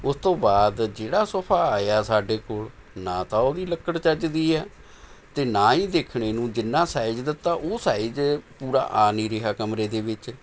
ਉਸ ਤੋਂ ਬਾਅਦ ਜਿਹੜਾ ਸੋਫਾ ਆਇਆ ਸਾਡੇ ਕੋਲ਼ ਨਾ ਤਾਂ ਉਹਦੀ ਲੱਕੜ ਚੱਜ ਦੀ ਹੈ ਅਤੇ ਨਾ ਹੀ ਦੇਖਣ ਨੂੰ ਜਿੰਨਾ ਸਾਈਜ਼ ਦਿੱਤਾ ਉਹ ਸਾਈਜ਼ ਪੂਰਾ ਆ ਨਹੀਂ ਰਿਹਾ ਕਮਰੇ ਦੇ ਵਿੱਚ